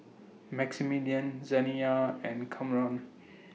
Maximillian Zaniyah and Kamron